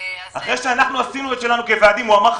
אחרי שאנחנו עשינו את שלנו נכון,